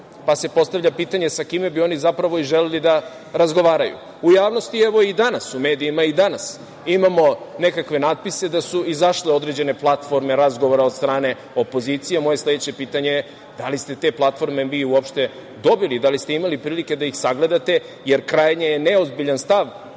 pa se postavlja pitanje sa kime bi oni, zapravo, želeli da razgovaraju?U javnosti evo i danas, u medijima i danas imamo nekakve natpise da su izašle određene platformom razgovora od strane opozicije, a moje sledeće pitanje je da li ste te platforme vi uopšte dobili, da li ste imali prilike da ih sagledate, jer krajnje je neozbiljan stav